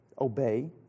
obey